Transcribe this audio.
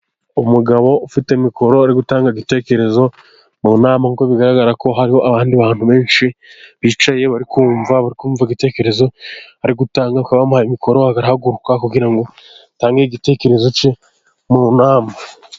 Umugabo ufite mikoro ari gutanga ibitekerezo mu nama, ngo bigaragara ko hariho abandi bantu benshi bicaye bari kumva bakumva ibitekerezo, uwo araha mikoro agahaguruka kugira ngo atange igitekerezo cye mu nama.